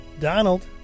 Donald